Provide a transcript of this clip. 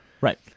right